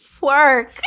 work